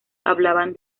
hablan